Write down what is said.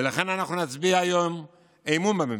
ולכן אנחנו נצביע היום אמון בממשלה.